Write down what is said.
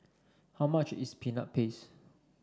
how much is Peanut Paste